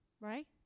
right